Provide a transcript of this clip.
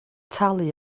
talu